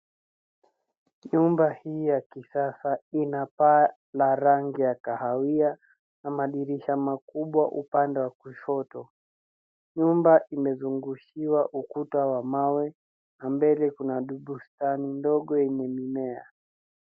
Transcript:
Nyumba hii ya kisasa ina paa la rangi ya kahawia na madirisha makubwa upande wa kushoto. Nyumba imezungushiwa ukuta wa mawe na mbele kuna bustani ndogo yenye mimea.